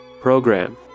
Program